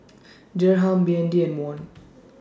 Dirham B N D and Won